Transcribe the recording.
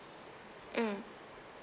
mm